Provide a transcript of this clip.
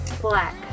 black